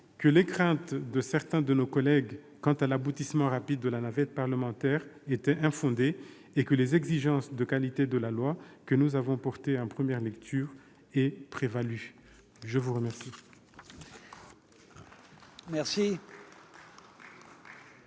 que les craintes de certains de nos collègues quant à l'aboutissement rapide de la navette parlementaire étaient infondées et que les exigences de qualité de la loi, que nous avons défendues en première lecture, ont prévalu. Mes chers